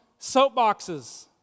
soapboxes